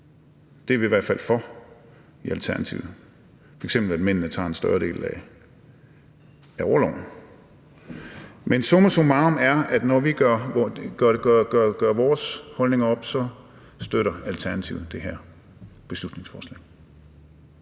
Det er vi i hvert fald for i Alternativet, f.eks. at mændene tager en større del af barselsorloven. Men summa summarum: Når vi i Alternativet gør vores holdninger op, støtter vi det her beslutningsforslag.